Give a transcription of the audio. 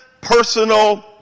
personal